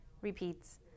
Repeats